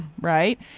right